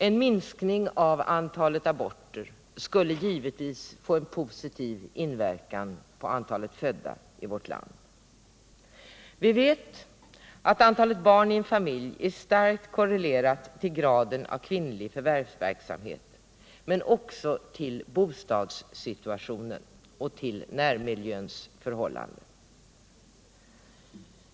En minskning av antalet aborter skulle givetvis få en positiv inverkan på antalet födda i Sverige. Vi vet att antalet barn i en familj är starkt korrelerat till graden av kvinnlig förvärvsverksamhet men också till bostadssituationen och till förhållandena i närmiljön.